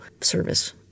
service